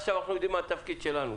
עכשיו אנחנו יודעים מה התפקיד שלנו.